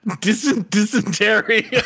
Dysentery